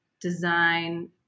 design